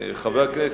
חיפה.